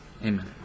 Amen